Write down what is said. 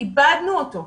איבדנו אותו.